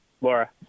Laura